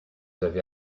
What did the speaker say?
avez